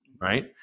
right